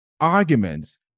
arguments